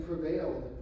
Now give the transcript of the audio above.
prevailed